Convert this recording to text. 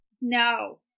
No